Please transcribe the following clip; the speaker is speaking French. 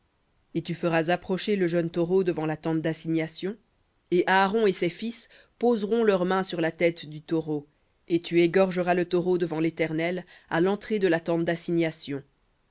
et tu feras approcher le jeune taureau devant la tente d'assignation et aaron et ses fils poseront leurs mains sur la tête du taureau et tu égorgeras le taureau devant l'éternel à l'entrée de la tente d'assignation